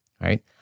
right